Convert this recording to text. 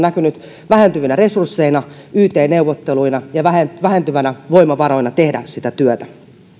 näkynyt vähentyvinä resursseina yt neuvotteluina ja vähentyvinä voimavaroina tehdä sitä työtä